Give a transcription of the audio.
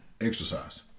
exercise